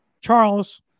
Charles